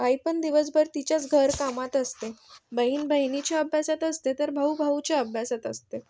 आईपण दिवसभर तिच्याच घरकामात असते बहीण बहिणीच्या अभ्यासात असते तर भाऊ भाऊच्या अभ्यासात असते